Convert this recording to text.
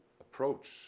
approach